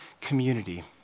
community